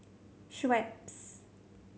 schweppes